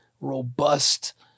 robust